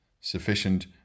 Sufficient